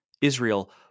Israel